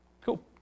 Cool